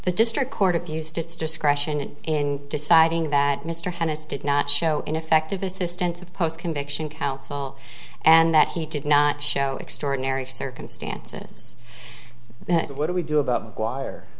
the district court abused its discretion in deciding that mr harris did not show ineffective assistance of post conviction counsel and that he did not show extraordinary circumstances what do we do about water